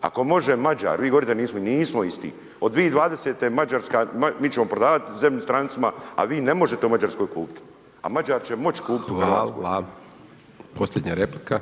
Ako može Mađar, vi govorite da nismo, nismo isti, od 2020. mi ćemo prodavati zemlju strancima a vi ne možete u Mađarskoj kupiti a Mađar će moći kupiti u Hrvatskoj. **Hajdaš Dončić, Siniša (SDP)** Hvala. Posljednja replika,